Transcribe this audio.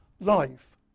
life